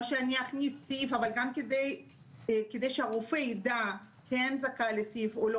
או שאני אכניס סעיף כדי שהרופא יידע כן זכאי או לא,